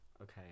Okay